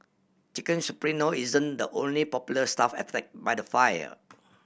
Chicken Supremo isn't the only popular stall by the fire